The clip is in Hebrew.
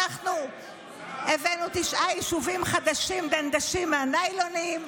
אנחנו הבאנו תשעה יישובים חדשים דנדשים מהניילונים.